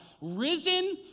risen